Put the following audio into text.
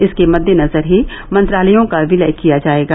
इसके मद्देनजर ही मंत्रालयों का विलय किया जायेगा